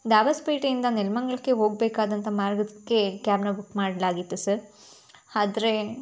ದಾಬಸ್ಪೇಟೆಯಿಂದ ನೆಲಮಂಗ್ಲಕ್ಕೆ ಹೋಗ್ಬೇಕಾದಂಥ ಮಾರ್ಗದಕ್ಕೆ ಕ್ಯಾಬ್ನ ಬುಕ್ ಮಾಡಲಾಗಿತ್ತು ಸರ್ ಆದ್ರೆ